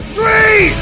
Three